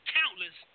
countless